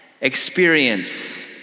experience